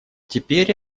теперь